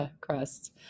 crust